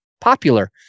popular